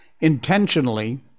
intentionally